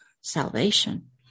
salvation